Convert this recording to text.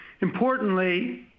Importantly